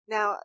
Now